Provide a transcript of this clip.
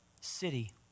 city